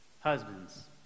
Husbands